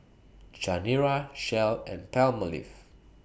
Chanira Shell and Palmolive